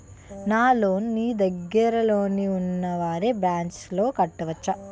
నా లోన్ నీ దగ్గర్లోని ఉన్న వేరే బ్రాంచ్ లో కట్టవచా?